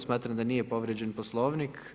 Smatram da nije povrijeđen Poslovnik.